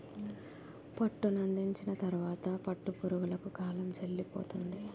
పట్టునందించిన తరువాత పట్టు పురుగులకు కాలం సెల్లిపోతుంది